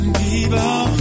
people